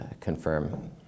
confirm